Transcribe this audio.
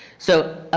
so